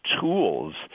tools